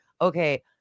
okay